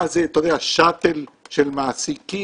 מה זה שאטל של מעסיקים,